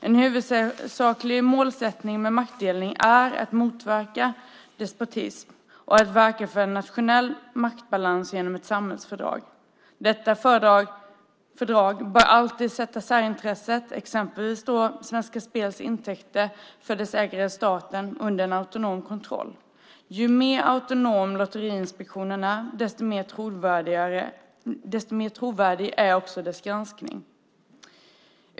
En huvudsaklig målsättning med maktdelning är att motverka despotism och verka för en nationell maktbalans genom ett samhällsfördrag. Detta fördrag bör alltid sätta särintresset, exempelvis Svenska Spels intäkter för dess ägare staten, under en autonom kontroll. Ju mer autonom Lotteriinspektionen är desto mer trovärdig är också dess granskning.